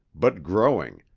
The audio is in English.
but growing,